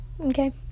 okay